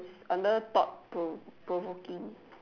under thought pro~ provoking